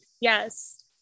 Yes